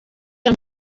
muri